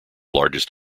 largest